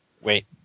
Wait